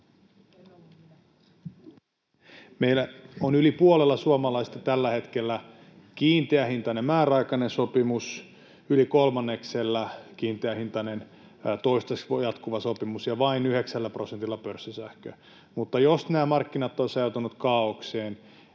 meillähän on yli puolella suomalaisista tällä hetkellä kiinteähintainen määräaikainen sopimus, yli kolmanneksella kiinteähintainen toistaiseksi jatkuva sopimus ja vain yhdeksällä prosentilla pörssisähköä, mutta jos nämä markkinat olisivat ajautuneet